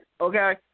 okay